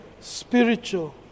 spiritual